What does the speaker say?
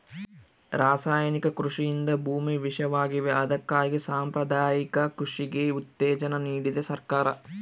ರಾಸಾಯನಿಕ ಕೃಷಿಯಿಂದ ಭೂಮಿ ವಿಷವಾಗಿವೆ ಅದಕ್ಕಾಗಿ ಸಾಂಪ್ರದಾಯಿಕ ಕೃಷಿಗೆ ಉತ್ತೇಜನ ನೀಡ್ತಿದೆ ಸರ್ಕಾರ